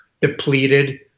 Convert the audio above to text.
depleted